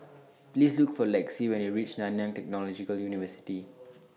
Please Look For Lexi when YOU REACH Nanyang Technological University